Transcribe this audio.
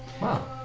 Wow